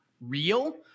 real